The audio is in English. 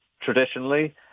traditionally